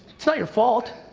it's not your fault,